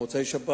מוצאי-שבת,